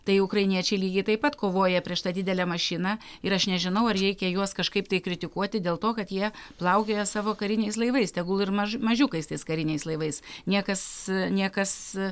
tai ukrainiečiai lygiai taip pat kovoja prieš tą didelę mašiną ir aš nežinau ar reikia juos kažkaip tai kritikuoti dėl to kad jie plaukioja savo kariniais laivais tegul ir maž mažiukais tais kariniais laivais niekas niekas